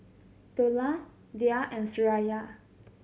Dollah Dhia and Suraya